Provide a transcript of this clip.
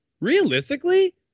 realistically